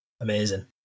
Amazing